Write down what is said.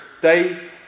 day